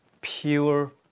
pure